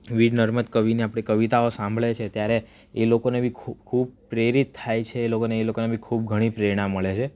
વીર નર્મદ કવિને આપણી કવિતાઓ સાંભળે છે ત્યારે એ લોકોને બી ખૂબ પ્રેરિત થાય છે એ લોકોને એ લોકો એમની ખૂબ ઘણી પ્રેરણા મળે છે